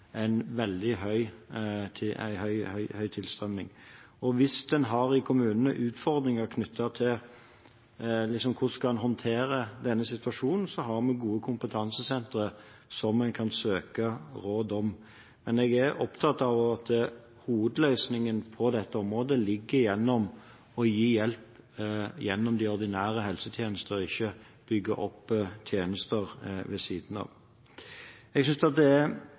en veldig høy tilstrømning. Hvis en i kommunene har utfordringer knyttet til hvordan en skal håndtere denne situasjonen, har vi gode kompetansesentre som en kan søke råd hos. Men jeg er opptatt av at hovedløsningen på dette området ligger i å gi hjelp gjennom de ordinære helsetjenester, ikke bygge opp tjenester ved siden av. Jeg synes det er